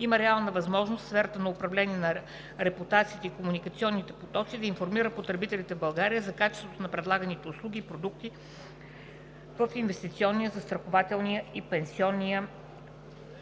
има реалната възможност в сферата на управление на репутацията и комуникационните потоци да информира потребителите в България за качеството на предлаганите услуги и продукти в инвестиционния, застрахователния и пенсионния сектор.